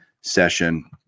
session